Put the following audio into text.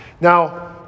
Now